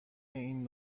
این